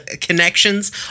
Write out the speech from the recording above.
connections